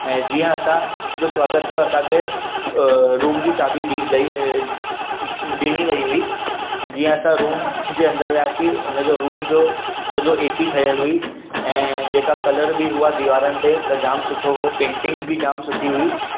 ऐं जीअं असां जो स्वागतु थियो असांखे रूम जी चाबी डी ॾई ॾिनी वेई हुई जीअं असां रूम जे अंदरि वियासीं उनजो रूम जो सॼो ए सी ठहियलु हुई ऐं जेका कलर बि हुआ दीवारुनि ते त जामु सुठो हो पेंटींगस बि जामु सुठी हुई